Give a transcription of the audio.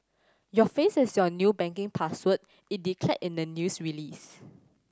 your face is your new banking password it declared in the news release